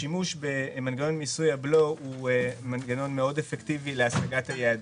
שימוש במנגנון מיסוי הבלו הוא מנגנון מאוד אפקטיבי להשגת היעדים.